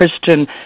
Christian